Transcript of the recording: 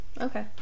Okay